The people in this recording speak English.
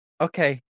okay